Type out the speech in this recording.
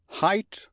height